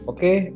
Okay